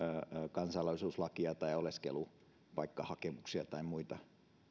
kansalaisuuslakia tai oleskelupaikkahakemuksia tai muita